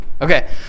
Okay